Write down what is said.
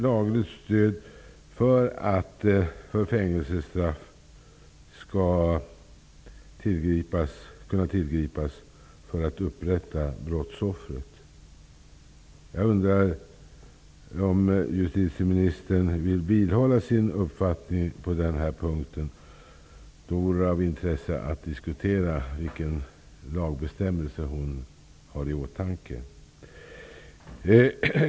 Jag undrar om justitieministern vidhåller sin uppfattning på den här punkten. Det vore av intresse att diskutera vilken lagbestämmelse som hon har i åtanke.